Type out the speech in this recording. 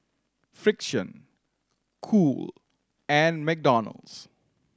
Frixion Cool and McDonald's